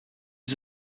was